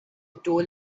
told